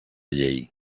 llei